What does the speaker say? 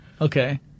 Okay